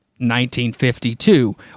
1952